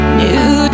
new